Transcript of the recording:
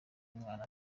mwana